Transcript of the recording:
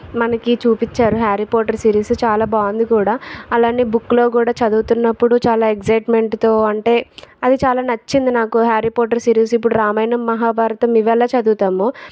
మనకి చూపిచ్చారు Harry Potter series చాలా బాగుంది కూడా అలానే బుక్లో కూడా చదువుతున్నప్పుడు చాలా ఎక్సజయిట్మెంట్తో అంటే అది చాలా నచ్చింది నాకు హ్యారి పాటర్ సిరీస్ ఇప్పుడు రామాయణం మహాభారతం ఇవి ఎలా చదువుతామో